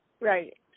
right